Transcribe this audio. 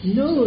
no